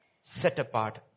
set-apart